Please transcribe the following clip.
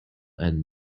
and